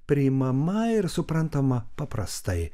priimama ir suprantama paprastai